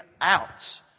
out